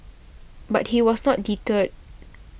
but he was not deterred